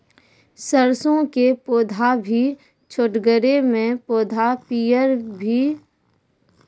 सरसों के पौधा भी छोटगरे मे पौधा पीयर भो कऽ सूख जाय छै, की उपाय छियै?